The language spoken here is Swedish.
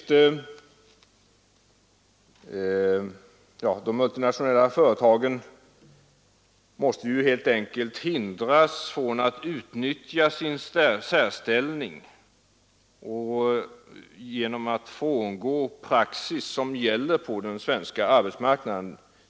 De multinationella företagen måste helt enkelt hindras från att utnyttja sin särställning genom att frångå den praxis som gäller här i landet bl.a. på den svenska arbetsmarknaden.